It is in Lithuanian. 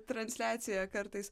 transliaciją kartais